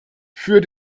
für